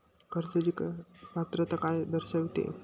कर्जाची पात्रता काय दर्शविते?